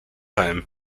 heim